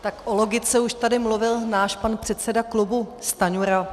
Tak o logice už tady mluvil náš pan předseda klubu Stanjura.